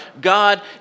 God